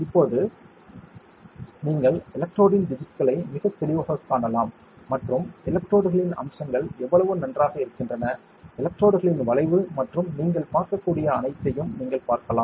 இப்போது நீங்கள் எலக்ட்ரோடின் டிஜிட்களை மிகத் தெளிவாகக் காணலாம் மற்றும் எலக்ட்ரோடுகளின் அம்சங்கள் எவ்வளவு நன்றாக இருக்கின்றன எலக்ட்ரோடுகளின் வளைவு மற்றும் நீங்கள் பார்க்கக்கூடிய அனைத்தையும் நீங்கள் பார்க்கலாம்